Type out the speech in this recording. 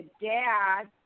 dad